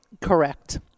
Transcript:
Correct